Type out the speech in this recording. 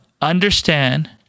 understand